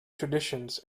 traditions